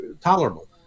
tolerable